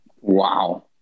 Wow